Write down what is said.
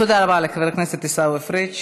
תודה רבה לחבר הכנסת עיסאווי פריג'.